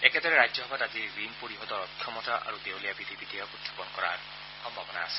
একেদৰে ৰাজ্যসভাত আজি ঋণ পৰিশোধৰ অক্ষমতা আৰু দেওলীয়া বিধি বিধেয়ক উখাপন কৰাৰ সম্ভাৱনা আছে